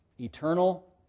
Eternal